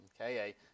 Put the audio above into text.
Okay